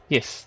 Yes